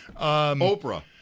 Oprah